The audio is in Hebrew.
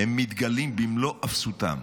הם מתגלים במלוא אפסותם.